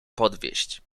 podwieźć